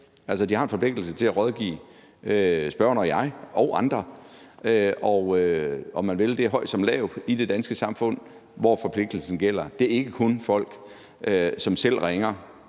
de har en forpligtelse til at rådgive spørgeren, mig og andre; det er, om man vil, høj som lav i det danske samfund, som forpligtelsen gælder over for. Det er ikke kun folk, som selv ringer,